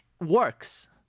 works